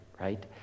right